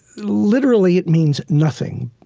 literally it means nothing.